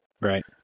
right